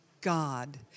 God